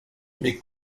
mais